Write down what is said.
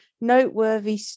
noteworthy